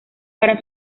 para